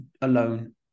alone